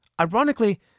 Ironically